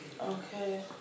Okay